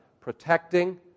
protecting